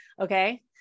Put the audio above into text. Okay